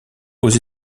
aux